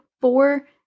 four